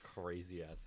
crazy-ass